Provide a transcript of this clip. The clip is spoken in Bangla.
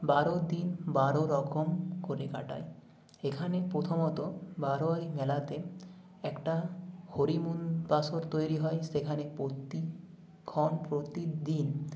বারো দিন বারো রকম করে কাটাই এখানে প্রথমত বারোয়ারি মেলাতে একটা হরিমুন তাসর তৈরি হয় সেখানে প্রতিক্ষণ প্রতিদিন